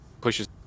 Pushes